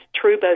true